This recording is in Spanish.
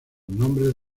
nombres